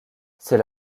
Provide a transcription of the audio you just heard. c’est